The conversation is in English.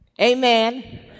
Amen